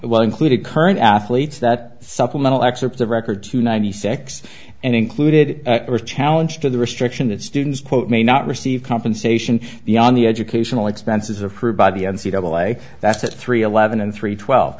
well included current athletes that supplemental excerpts of record two ninety six and included a challenge to the restriction that students quote may not receive compensation the on the educational expenses approved by the n c double a that's it three eleven and three twelve